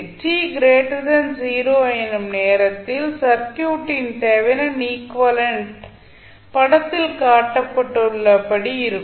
t 0 எனும் நேரத்தில் சர்க்யூட்டின் தெவெனின் ஈக்விவலெண்ட் படத்தில் காட்டப்பட்டுள்ளபடி இருக்கும்